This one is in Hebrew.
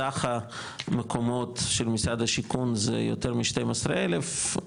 סך המקומות של משרד השיכון זה יותר מ-12 אלף,